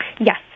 Yes